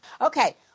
Okay